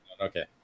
okay